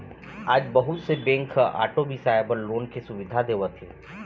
आज बहुत से बेंक ह आटो बिसाए बर लोन के सुबिधा देवत हे